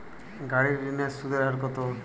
গাড়ির ঋণের সুদের হার কতো?